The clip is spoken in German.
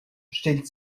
stellt